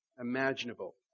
imaginable